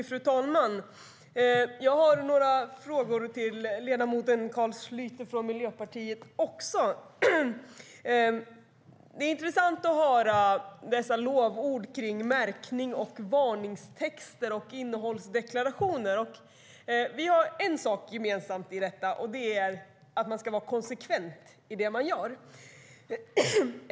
Fru talman! Jag har några frågor till Miljöpartiets ledamot Carl Schlyter. Det är intressant att höra dessa lovord om märkning, varningstexter och innehållsdeklarationer. Vi har en sak gemensamt i detta, och det är att man ska vara konsekvent i det man gör.